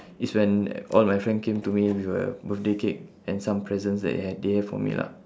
is when all my friend came to me with a birthday cake and some presents that they had they have for me lah